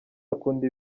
akunda